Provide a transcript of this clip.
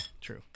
true